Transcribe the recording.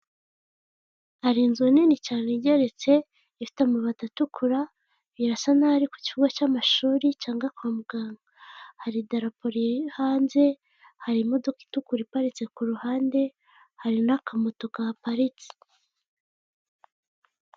Hari inzu nini cyane igeretse, ifite amabati atukura, birasa naho ari ku kigo cy'amashuri cyangwa kwa muganga. Hari idarapo riri hanze, hari imodoka itukura iparitse ku ruhande, hari n'akamoto kahaparitse.